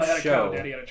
show